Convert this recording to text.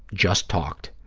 just talked.